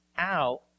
out